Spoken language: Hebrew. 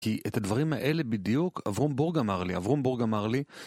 כי את הדברים האלה בדיוק, אברום בורג אמר לי, אברום בורג אמר לי